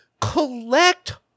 collect